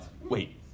Wait